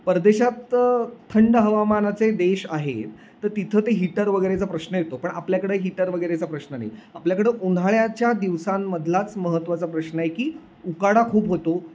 परदेशात थंड हवामानाचे देश आहे तर तिथं ते हीटर वगैरेचा प्रश्न येतो पण आपल्याकडे हीटर वगैरेचा प्रश्न नाही आपल्याकडं उन्हाळ्याच्या दिवसांमधलाच महत्त्वाचा प्रश्न आहे की उकाडा खूप होतो